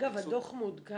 אגב, הדוח מעודכן?